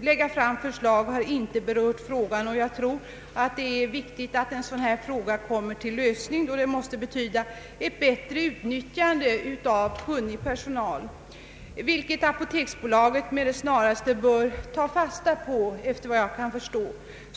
lägga fram förslag har inte berört frågan. Det är enligt min mening viktigt att en fråga av detta slag får sin lösning då det måste betyda ett bättre utnyttjande av kunnig personal. Det bör apoteksbolaget, såvitt jag kan förstå, med det snaraste ta fasta på.